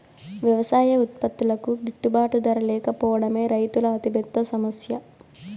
వ్యవసాయ ఉత్పత్తులకు గిట్టుబాటు ధర లేకపోవడమే రైతుల అతిపెద్ద సమస్య